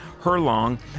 Herlong